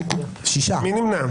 מי נמנע?